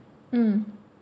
mm